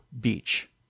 Beach